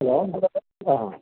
hello എന്താണ് ആ